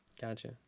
gotcha